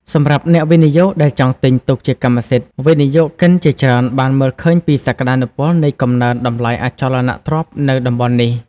សម្រាប់អ្នកវិនិយោគដែលចង់ទិញទុកជាកម្មសិទ្ធិ វិនិយោគិនជាច្រើនបានមើលឃើញពីសក្តានុពលនៃកំណើនតម្លៃអចលនទ្រព្យនៅតំបន់នេះ។